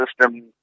system